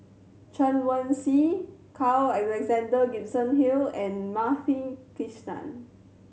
Chen Wen Si Carl Alexander Gibson Hill and Madhavi Krishnan